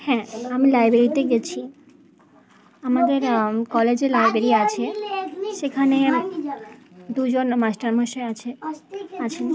হ্যাঁ আমি লাইব্রেরিতে গেছি আমাদের কলেজে লাইব্রেরি আছে সেখানে দুজন মাস্টারমশাই আছে আছেন